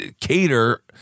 cater